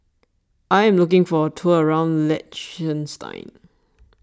I am looking for a tour around Liechtenstein